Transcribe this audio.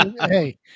hey